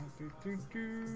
to two